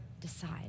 decide